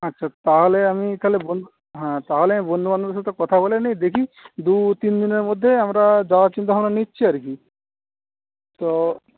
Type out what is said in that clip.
আচ্ছা তাহলে আমি তাহলে হ্যাঁ তাহলে আমি বন্ধুবান্ধবদের সাথে কথা বলে নিই দেখি দু তিন দিনের মধ্যে আমরা যাওয়ার চিন্তাভাবনা নিচ্ছি আর কি তো